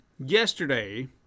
Yesterday